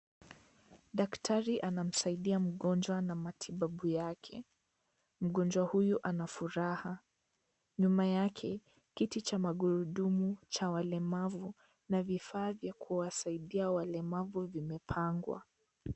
Daktari anamsaidia mgonjwa na matibabu yake, mgonjwa huyu ana furaha ,nyuma yake kiti cha magurudumu cha walemavu na vifaa vya kusaidia walemavu vimepangwa.